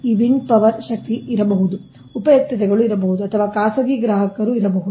ಈ wind power ಶಕ್ತಿ ಇರಬಹುದು ಉಪಯುಕ್ತತೆಗಳು ಇರಬಹುದು ಅಥವಾ ಖಾಸಗಿ ಗ್ರಾಹಕರು ಇರಬಹುದು